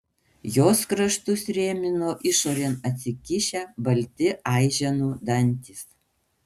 jos kraštus rėmino išorėn atsikišę balti aiženų dantys